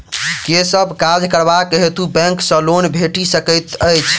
केँ सब काज करबाक हेतु बैंक सँ लोन भेटि सकैत अछि?